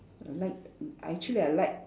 I like mm actually I like